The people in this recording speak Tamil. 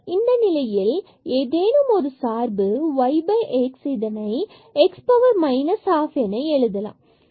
எனவே இந்த நிலையில் இது ஒரு ஏதேனும் சார்பு y x இதனை x power minus half என எழுதலாம்